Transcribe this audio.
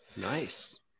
nice